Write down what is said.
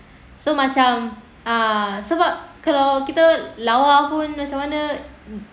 so macam uh sebab kalau kita lawa pun macam mana